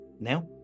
Now